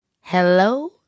hello